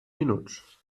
minuts